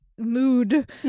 mood